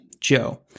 Joe